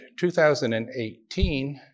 2018